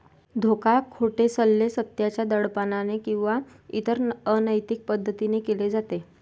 धोका, खोटे सल्ले, सत्याच्या दडपणाने किंवा इतर अनैतिक पद्धतीने केले जाते